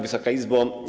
Wysoka Izbo!